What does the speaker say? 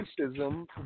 racism